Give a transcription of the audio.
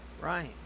Right